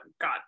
God